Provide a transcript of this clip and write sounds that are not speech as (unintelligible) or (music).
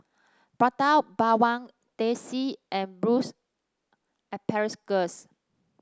Prata Bawang Teh C and (unintelligible) asparagus